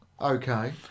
Okay